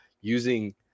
using